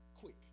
quick